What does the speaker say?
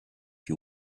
you